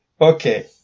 Okay